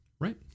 right